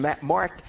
Mark